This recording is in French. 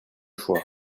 choix